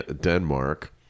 Denmark